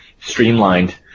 streamlined